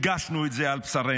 והרגשנו את זה על בשרנו.